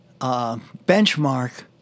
benchmark